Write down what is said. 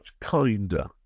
kinder